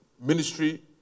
ministry